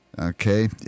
Okay